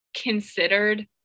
considered